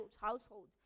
household